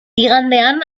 igandean